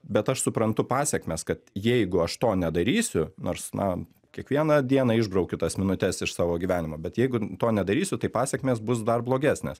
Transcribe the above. bet aš suprantu pasekmes kad jeigu aš to nedarysiu nors na kiekvieną dieną išbraukiu tas minutes iš savo gyvenimo bet jeigu to nedarysiu tai pasekmės bus dar blogesnės